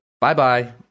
bye-bye